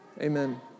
Amen